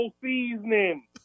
seasoning